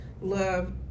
love